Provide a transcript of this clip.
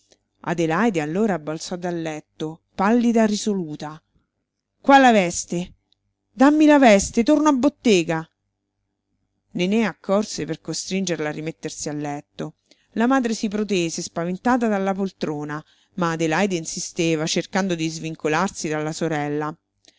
adelaide allora balzò dal letto pallida risoluta qua la veste dammi la veste torno a bottega nené accorse per costringerla a rimettersi a letto la madre si protese spaventata dalla poltrona ma adelaide insisteva cercando di svincolarsi dalla sorella